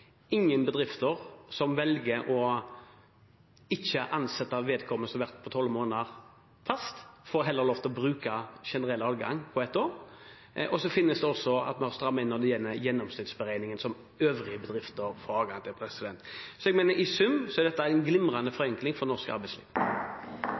Ingen bedrifter som velger ikke å ansette vedkommende som har vært midlertidig ansatt i tolv måneder, fast, får lov til å bruke generell adgang de neste tolv månedene. Vi har også strammet inn når det gjelder gjennomsnittsberegning – som øvrige bedrifter får adgang til. Jeg mener at dette i sum er en glimrende forenkling for norsk arbeidsliv.